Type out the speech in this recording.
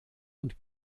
und